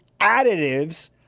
additives